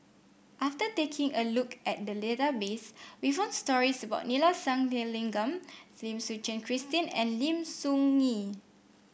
after taking a look at the database we found stories about Neila Sathyalingam Lim Suchen Christine and Lim Soo Ngee